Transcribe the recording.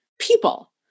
people